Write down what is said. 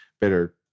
better